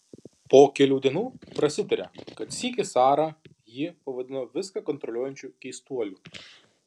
po kelių dienų prasitarė kad sykį sara jį pavadino viską kontroliuojančiu keistuoliu